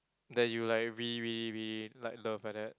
that you like really really really like love like that